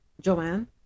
Joanne